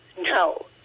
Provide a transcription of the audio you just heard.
no